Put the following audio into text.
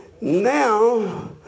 now